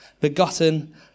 Begotten